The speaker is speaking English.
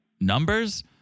numbers